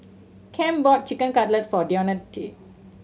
Cam bought Chicken Cutlet for Deonte